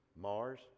Mars